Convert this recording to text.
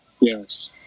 Yes